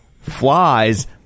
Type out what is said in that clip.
flies